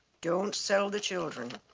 don't sell the children.